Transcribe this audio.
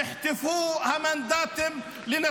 נחטפו המנדטים לנתניהו.